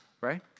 right